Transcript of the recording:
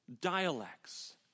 dialects